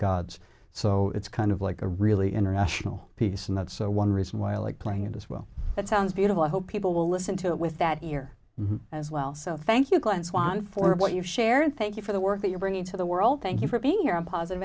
gods so it's kind of like a really international peace and that's one reason why i like playing it as well it sounds beautiful i hope people will listen to it with that here as well so thank you glen swan for what you've shared thank you for the work that you're bringing to the world thank you for being here and positive